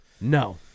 No